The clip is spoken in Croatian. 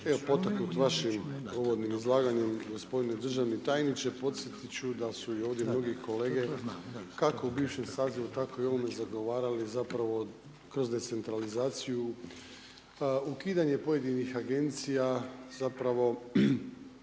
evo potaknut vašim uvodnim izlaganjem gospodine državni tajniče, podsjetit ću da su ovdje i drugi kolege, kako u bivšem sazivu tako i u ovome zagovarali zapravo kroz decentralizaciju ukidanje pojedinih agencija, zapravo